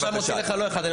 אני מוציא לך לא מקרה אחד.